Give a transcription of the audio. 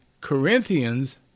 Corinthians